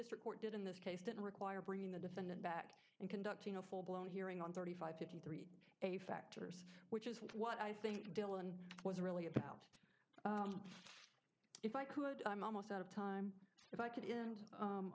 district court did in this case didn't require bringing the defendant back and conducting a full blown hearing on thirty five fifty three a factors which is what i think dylan was really about if i could i'm almost out of time if i could end